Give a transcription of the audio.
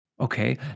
Okay